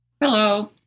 Hello